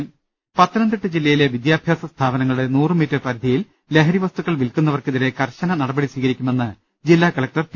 ്്്്്്്് പത്തനംതിട്ട ജില്ലയിലെ വിദ്യാഭ്യാസ സ്ഥാപനങ്ങളുടെ നൂറ് മീറ്റർ പരി ധിയിൽ ലഹരി വസ്തുക്കൾ വില്ക്കുന്നവർക്കെതിരെ കർശന നടപടി സ്വീകരി ക്കുമെന്ന് ജില്ലാ കലക്ടർ പി